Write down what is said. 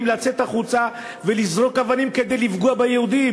לצאת החוצה ולזרוק אבנים כדי לפגוע ביהודים.